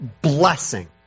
blessing